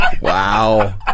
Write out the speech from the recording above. Wow